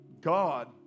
God